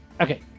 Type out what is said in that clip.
Okay